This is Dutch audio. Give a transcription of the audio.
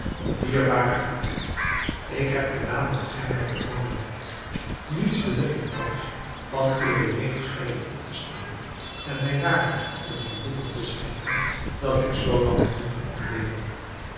dierbare geliefde ik heb gedaan wat gij mij bevolen hebt niets belet u thans van uwe legerstede op te staan en mij daardoor een genoegen te schenken dat ik zoo lang heb moeten ontberen